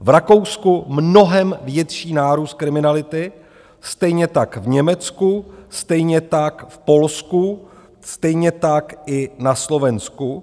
V Rakousku mnohem větší nárůst kriminality, stejně tak v Německu, stejně tak v Polsku, stejně tak i na Slovensku.